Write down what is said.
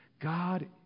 God